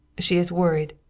she is worried.